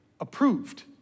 approved